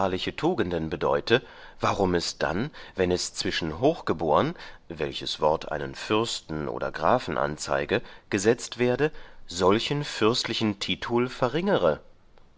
tugenden bedeute warum es dann wann es zwischen hochgeborn welches wort einen fürsten oder grafen anzeige gesetzt werde solchen fürstlichen titul verringere